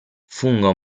fungo